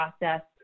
process